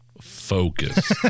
focus